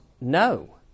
No